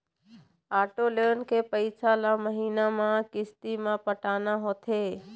auto loan के पइसा ल महिना म किस्ती म पटाना होथे